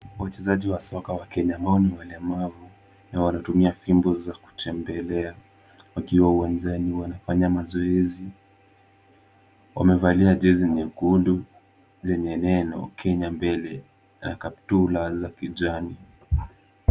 Wachezaji wa soka wa Kenya ambao ni walemavu na wanatumia fimbo za kutembelea wakiwa uwanjani wanafanya mazoezi. Wamevalia jezi nyekundu zenye neno Kenya mbele na kaptula za kijani.